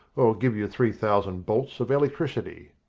or give you three thousand bolts of electricity.